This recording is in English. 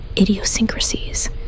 idiosyncrasies